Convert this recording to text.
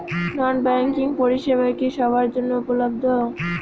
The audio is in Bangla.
নন ব্যাংকিং পরিষেবা কি সবার জন্য উপলব্ধ?